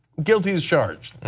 guilty as charged.